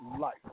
life